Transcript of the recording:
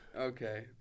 Okay